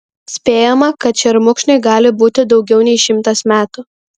spėjama kad šermukšniui gali būti daugiau nei šimtas metų